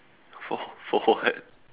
for for what